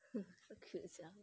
so cute sia